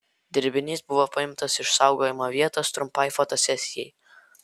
dirbinys buvo paimtas iš saugojimo vietos trumpai fotosesijai